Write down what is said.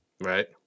Right